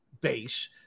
base